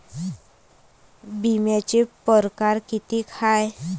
बिम्याचे परकार कितीक हाय?